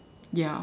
ya